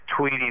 tweeting